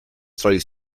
throws